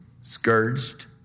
Scourged